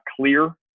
clear